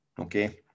okay